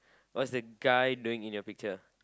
what's the guy doing in your picture